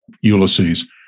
Ulysses